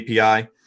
API